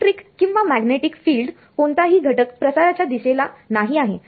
इलेक्ट्रिककिंवा magnetic field कोणताही घटक प्रसाराच्या दिशेला नाही आहे